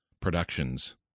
productions